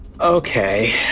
Okay